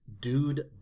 dude